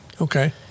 Okay